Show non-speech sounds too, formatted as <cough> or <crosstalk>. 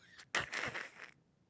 <laughs>